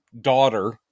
daughter